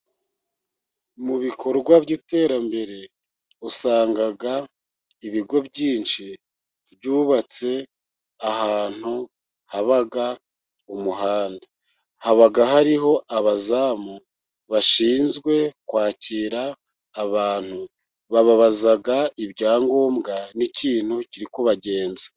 Mu bikorwa by'iterambere usanga ibigo byinshi byubatse ahantu haba umuhanda, haba hariho abazamu bashinzwe kwakira abantu bababaza ibyangombwa n'ikintu kiri kuba bagenza.